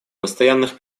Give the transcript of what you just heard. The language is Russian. постоянных